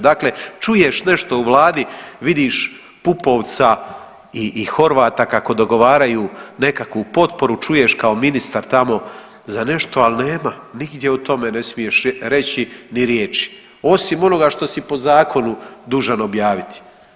Dakle, čuješ nešto u vladi, vidiš PUpovca i Horvata kako dogovaraju nekakvu potporu, čuješ kao ministar tamo za nešto, ali nema nigdje o tome ne smiješ reći ni riječi, osim onoga što si po zakonu dužan objaviti.